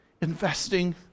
investing